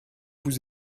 vous